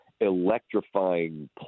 Electrifying